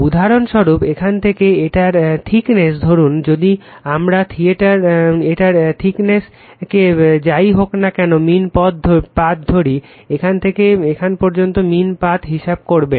উদাহরণ স্বরূপ এখান থেকে এটার থিকনেস ধরুন যদি আমরা এইটার থিকনেস কে যা ই হোক না কেন মীন পাথ ধরি এখান থেকে এখান পর্যন্ত মীন পাথ হিসাব করবেন